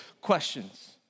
questions